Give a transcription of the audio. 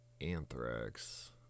Anthrax